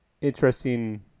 interesting